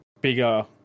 bigger